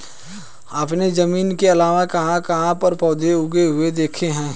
आपने जमीन के अलावा कहाँ कहाँ पर पौधे उगे हुए देखे हैं?